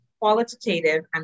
qualitative